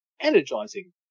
Energizing